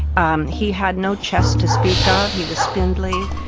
um he had no chest to speak of. he was spindly.